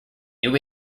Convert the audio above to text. new